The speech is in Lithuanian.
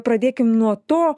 pradėkim nuo to